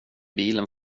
bilen